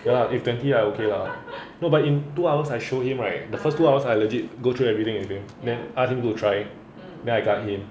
ya lah if twenty I okay lah no but in two hours I show him right the first two hours I legit go through everything with him then ask him to try then I guide him